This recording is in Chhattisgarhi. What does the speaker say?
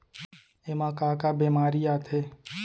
एमा का का बेमारी आथे?